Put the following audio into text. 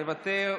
מוותר,